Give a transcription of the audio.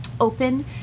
open